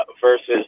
versus